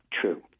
true